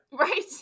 Right